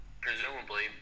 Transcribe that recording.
presumably